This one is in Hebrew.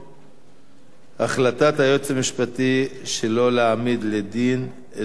החלטת היועץ המשפטי שלא להעמיד לדין את הרב של צפת